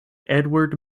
edward